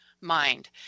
mind